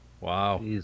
Wow